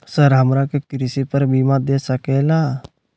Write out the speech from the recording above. Sir हमरा के कृषि पर बीमा दे सके ला?